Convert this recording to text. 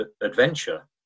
adventure